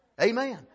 Amen